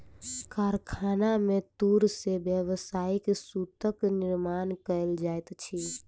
कारखाना में तूर से व्यावसायिक सूतक निर्माण कयल जाइत अछि